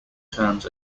terms